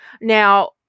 Now